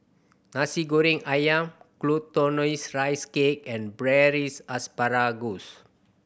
Nasi Goreng Ayam Glutinous Rice Cake and Braised Asparagus